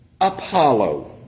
Apollo